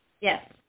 Yes